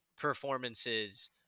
performances